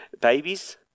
babies